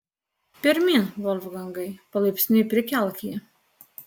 pirmyn volfgangai palaipsniui prikelk jį